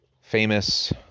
famous